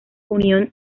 unión